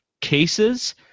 cases